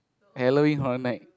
Halloween Horror Night